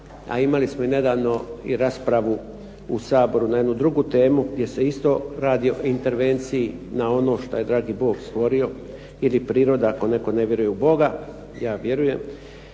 a imali smo i nedavno i raspravu u Saboru na jednu drugu temu gdje se isto radi o intervenciji na ono šta je dragi Bog stvorio ili priroda ako netko ne vjeruje u Boga. Ja vjerujem.